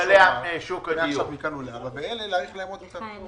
יכול להיות שיהיו, ואז הרבה דברים ישתנו.